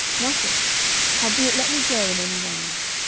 nothing howbeit let me go in any wise.